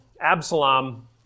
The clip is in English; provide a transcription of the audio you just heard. Absalom